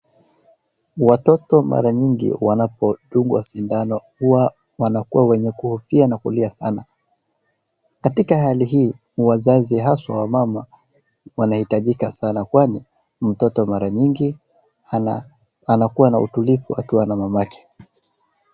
Watoto mara nyingi wanapodungwa sindano huwa wanakuwa wenye kuofyia na kulia sana. Katika hali hii ni wazazi, haswa wamama wanahitajika sana kwani mtoto mara nyingi anakuwa na utulivu akiwa na mama yake.